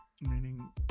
meaning